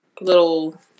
little